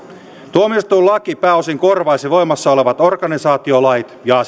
tuomioistuinlaki pääosin korvaisi voimassa olevat organisaatiolait ja